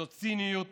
זאת ציניות